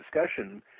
discussion